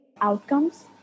outcomes